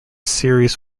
series